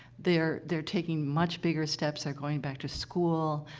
they're they're taking much bigger steps. they're going back to school.